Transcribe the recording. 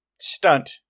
stunt